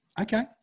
Okay